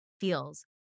feels